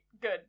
Good